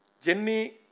Jenny